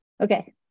Okay